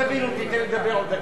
אל תבין אותי, תן לי לדבר עכשיו.